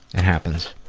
and happens.